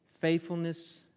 faithfulness